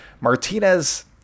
Martinez